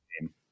game